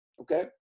okay